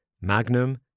Magnum